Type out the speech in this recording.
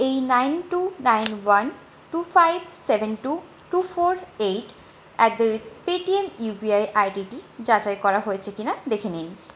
এই nine two nine one two five seven two two four eight at the rate Paytm U P I আইডিটি যাচাই করা হয়েছে কিনা দেখে নিন